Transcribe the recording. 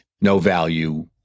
no-value